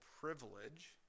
privilege